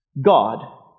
God